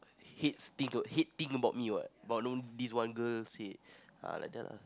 hates thing hate thing about me what but no this one girl say err like that lah